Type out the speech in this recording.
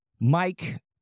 Mike